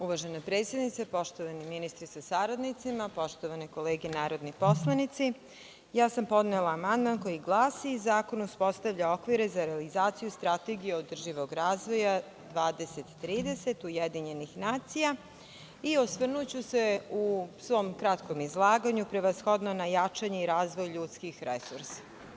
Uvažena predsednice, poštovani ministri sa saradnicima, poštovane kolege narodni poslanici, podnela sam amandman koji glasi: „Zakon uspostavlja okvire za realizaciju Strategije održivog razvoja 2030 UN“ i osvrnuću se u svom kratkom izlaganju prevashodno na jačanje i razvoj ljudskih resursa.